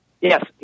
Yes